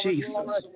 Jesus